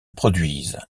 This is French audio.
produisent